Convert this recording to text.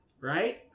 Right